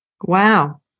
Wow